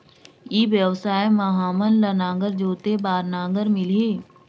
ई व्यवसाय मां हामन ला नागर जोते बार नागर मिलही?